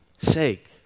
sake